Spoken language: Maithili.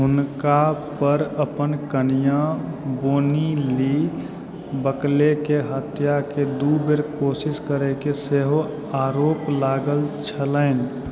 हुनका पर अपन कनियाँ बोनी ली बकले के हत्या के दू बेर कोशिश करय के सेहो आरोप लागल छलनि